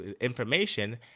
information